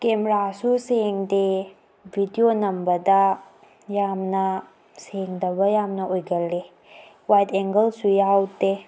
ꯀꯦꯃꯦꯔꯥꯁꯨ ꯁꯦꯡꯗꯦ ꯚꯤꯗꯤꯑꯣ ꯅꯝꯕꯗ ꯌꯥꯝꯅ ꯁꯦꯡꯗꯕ ꯌꯥꯝꯅ ꯑꯣꯏꯒꯜꯂꯤ ꯋꯥꯏꯠ ꯑꯦꯡꯒꯜꯁꯨ ꯌꯥꯎꯗꯦ